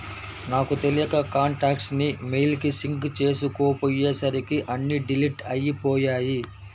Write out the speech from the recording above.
నాకు తెలియక కాంటాక్ట్స్ ని మెయిల్ కి సింక్ చేసుకోపొయ్యేసరికి అన్నీ డిలీట్ అయ్యిపొయ్యాయి